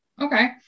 Okay